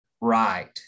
right